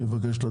אני מדבר על